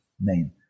name